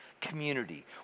community